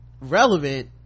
relevant